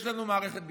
יש לנו מערכת ביטחון.